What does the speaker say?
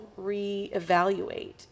reevaluate